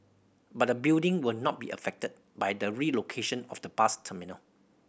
but the building will not be affected by the relocation of the bus terminal